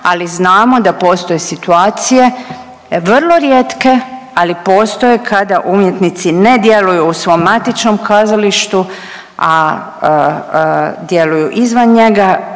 ali znamo da postoje situacije vrlo rijetke, ali postoje, kada umjetnici ne djeluju u svom matičnom kazalištu, a djeluju izvan njega,